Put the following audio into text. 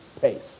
pace